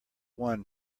won